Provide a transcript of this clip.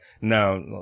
no